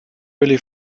really